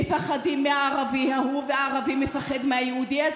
מפחדים מהערבי ההוא והערבי מפחד מהיהודי הזה.